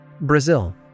Brazil